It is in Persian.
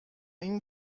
این